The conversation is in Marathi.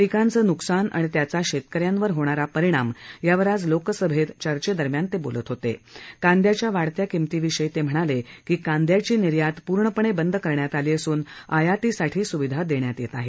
पिकांचं न्कसान आणि त्याचा शेतकऱ्यांवर होणारा परिणाम यांवर आज लोकसभेत चर्चेदरम्यान ते बोलत होते कांदयाच्या वाढत्या किमंतीविषयी ते म्हणाले की कांदयाची निर्यात पूर्णपणे बंद करण्यात आली असून आयातीसाठी स्विधा देण्यात येत आहेत